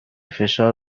فشار